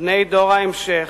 בני דור ההמשך,